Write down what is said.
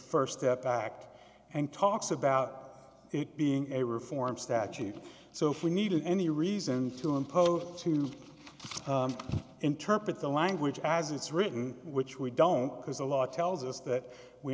st step back and talks about it being a reform statute so if we need any reason to impose to interpret the language as it's written which we don't because the law tells us that we